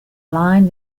line